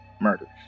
murders